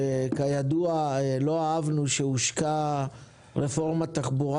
שכידוע לא אהבנו שהושקה רפורמת תחבורה